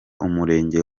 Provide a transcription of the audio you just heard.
umurenge